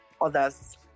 others